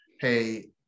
hey